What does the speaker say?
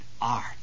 art